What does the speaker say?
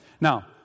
Now